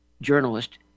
journalist